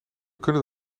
kunnen